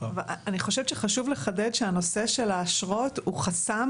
אני חושבת שחשוב לחדד שהנושא של האשרות הוא חסם